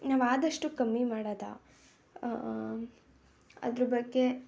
ನಾವು ಆದಷ್ಟು ಕಮ್ಮಿ ಮಾಡೋದು ಅದ್ರ ಬಗ್ಗೆ